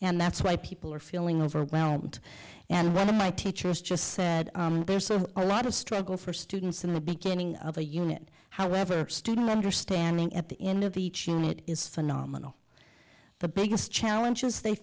and that's why people are feeling overwhelmed and one of my teachers just said there's a lot of struggle for students in the beginning of a unit however student understanding at the end of each unit is phenomenal the biggest challenges they